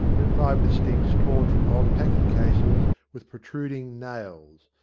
replied with sticks torn from old packing cases, with protruding nails.